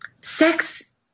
Sex